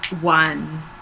one